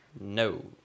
No